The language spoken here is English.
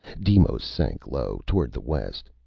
deimos sank low toward the west.